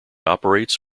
operates